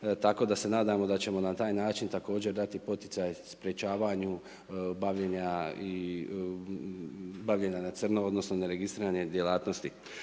Tako da se nadamo da ćemo na taj način također dati poticaj sprječavanju bavljenja na crno odnosno neregistrirane djelatnosti.